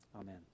Amen